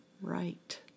Right